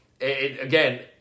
again